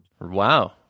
Wow